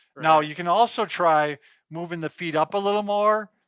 now you can also try moving the feet up a little more.